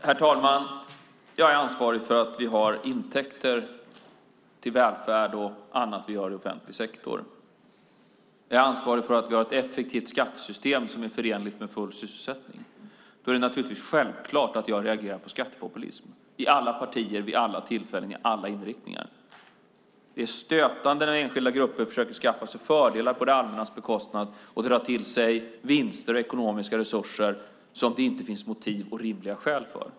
Herr talman! Jag är ansvarig för att vi har intäkter till välfärd och annat i offentlig sektor. Jag är ansvarig för att vi har ett effektivt skattesystem som är förenligt med full sysselsättning. Då är det naturligtvis självklart att jag reagerar på skattepopulism i alla partier, vid alla tillfällen och i alla inriktningar. Det är stötande när enskilda grupper försöker skaffa sig fördelar på det allmännas bekostnad och dra till sig vinster och ekonomiska resurser som det inte finns motiv och rimliga skäl för.